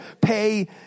pay